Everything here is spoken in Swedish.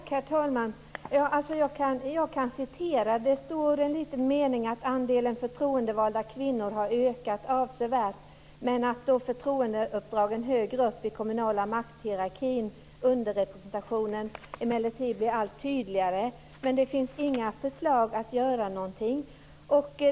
Herr talman! Jag kan citera helt kort ur propositionen: ". andelen förtroendevalda kvinnor har ökat avsevärt. När det gäller förtroendeuppdrag högre upp i den kommunala makthierarkin blir deras underrepresentation emellertid allt tydligare." Det läggs dock inte fram några förslag till åtgärder.